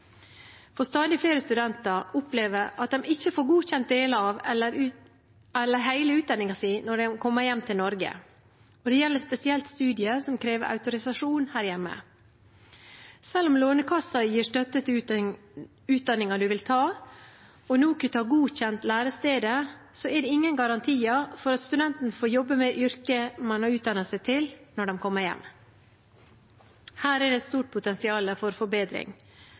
For stadig flere studenter opplever at de ikke får godkjent deler av eller hele utdanningen sin når de kommer hjem til Norge. Det gjelder spesielt studier som krever autorisasjon her hjemme. Selv om Lånekassen gir støtte til utdanningen man vil ta og NOKUT har godkjent lærestedet, er det ingen garantier for at studentene får jobbe med yrket de har utdannet seg til når de kommer hjem. Her er det et stort potensial for forbedring.